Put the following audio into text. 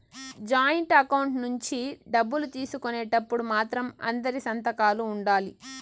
joint account నుంచి డబ్బులు తీసుకునేటప్పుడు మాత్రం అందరి సంతకాలు ఉండాలి